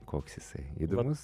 koks jisai įdomus